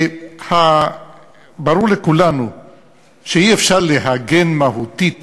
ברור לכולנו שאי-אפשר להגן מהותית